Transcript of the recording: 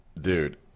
dude